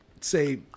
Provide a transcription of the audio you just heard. say